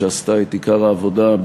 שעשתה את עיקר העבודה,